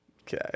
Okay